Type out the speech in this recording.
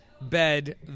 bed